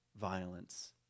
violence